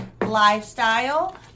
lifestyle